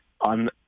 on